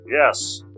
Yes